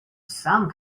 some